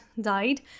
died